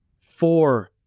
four